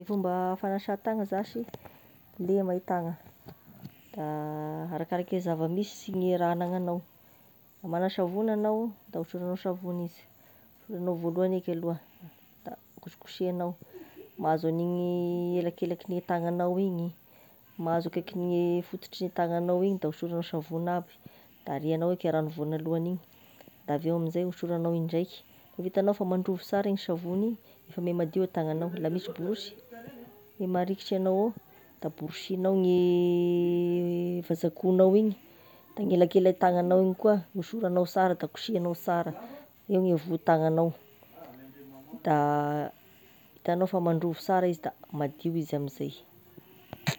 Gne fomba fagnasa tagna zashy, lema e tagna, da arakaraky e zava-misy sy gne raha ananagnao, raha magna savony anao da osoranao savony izy voalohany eika aloha, da kosokosehanao, mahazo an'igny elakelaky gne tagnagnao igny, mahazo akaiky gne fototry tagnagnao igny da osoranao savony aby da arianao eky e rano vonalohagny igny, da aveo amin'izay osoranao indraiky, rehefa itanao fa mandrovo sara igny savony igny, efa miha madio e tagnagnao, la misy borosy lay maharikitra anao ao, da borisinao gne vaza-kohonao igny, da gne elakelatagnanao igny koa, osoranao sara da kosehanao sara eo gne vohotagnanao da itanao fa mandrovo sara izy da madio izy amin'izay.